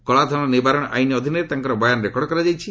କଳାଧନ ନିବାରଣ ଆଇନ ଅଧୀନରେ ତାଙ୍କର ବୟାନ୍ ରେକର୍ଡ଼ କରାଯାଇଛି